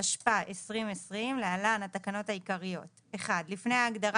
התשפ"א-2020 (להלן - התקנות העיקריות) - לפני ההגדרה